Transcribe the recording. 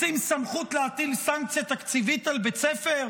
רוצים סמכות להטיל סנקציה תקציבית על בית ספר,